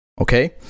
okay